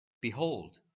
Behold